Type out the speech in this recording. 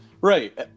right